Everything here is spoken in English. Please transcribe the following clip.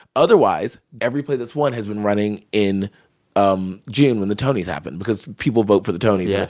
otherwise, every play that's won has been running in um june when the tonys happened because people vote for the tonys. yeah